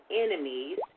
enemies